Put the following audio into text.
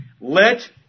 Let